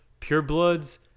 purebloods